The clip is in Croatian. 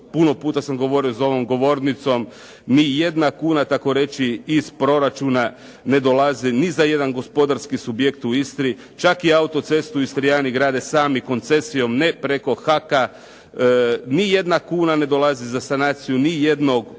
puno puta sam govorio za ovom govornicom, ni jedna kuna tako reći iz proračuna ne dolazi ni za jedan gospodarski subjekt u Istri, čak i autocestu Istrijani grade sami koncesijom, ne preko HAK-a. Ni jedna kuna ne dolazi za sanaciju nijednog poslovnog